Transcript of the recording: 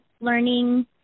learning